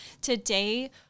Today